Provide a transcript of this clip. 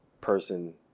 person